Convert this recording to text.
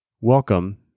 welcome